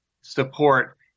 support